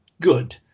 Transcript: good